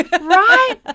right